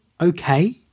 okay